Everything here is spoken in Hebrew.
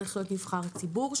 נבחר ציבור,